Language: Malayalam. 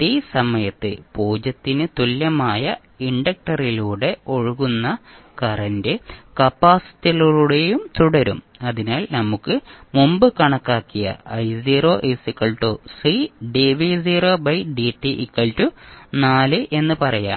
t സമയത്ത് 0 ന് തുല്യമായ ഇൻഡക്റ്ററിലൂടെ ഒഴുകുന്ന കറന്റ് കപ്പാസിറ്ററിലൂടെയും തുടരും അതിനാൽ നമുക്ക് മുമ്പ് കണക്കാക്കിയ എന്ന് പറയാം